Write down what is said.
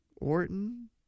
Orton